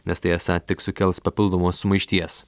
nes tai esą tik sukels papildomos sumaišties